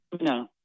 No